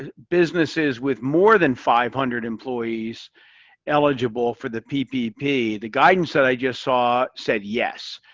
ah businesses with more than five hundred employees eligible for the ppp? the guidance that i just saw said yes.